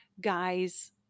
guys